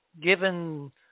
given